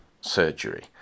surgery